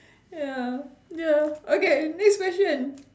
ya ya okay next question